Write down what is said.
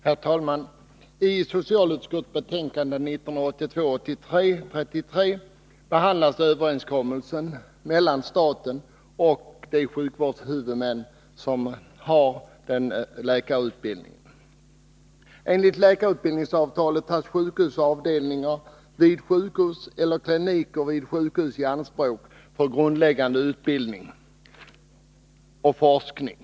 Herr talman! I socialutskottets betänkande 1982/83:33 behandlas överenskommelsen mellan staten och de sjukvårdshuvudmän som har läkarutbildning. Enligt läkarutbildningsavtalet tas sjukhusavdelningar vid sjukhus eller kliniker vid sjukhus i anspråk för grundläggande utbildning och forskning.